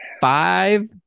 five